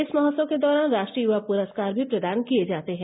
इस महोत्सव के दौरान राष्ट्रीय युवा प्रस्कार भी प्रदान किए जाते हैं